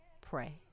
pray